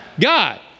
God